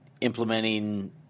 implementing